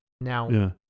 Now